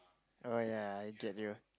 oh ya I get you